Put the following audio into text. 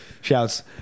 shouts